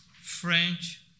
French